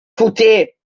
côté